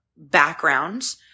Backgrounds